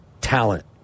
talent